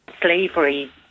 slavery